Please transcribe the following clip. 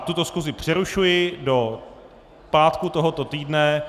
Tuto schůzi přerušuji do pátku tohoto týdne.